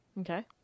Okay